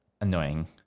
annoying